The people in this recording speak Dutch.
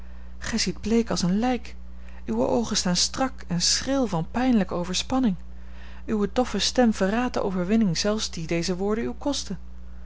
ziet bleek als een lijk uwe oogen staan strak en schril van pijnlijke overspanning uwe doffe stem verraadt de overwinning zelfs die deze woorden u kosten